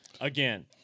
again